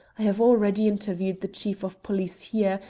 i have already interviewed the chief of police here,